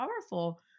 powerful